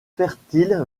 fertile